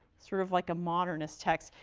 sort of like a modernist text.